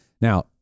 Now